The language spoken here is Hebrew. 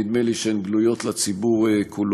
נדמה לי שהן כבר גלויות לציבור כולו.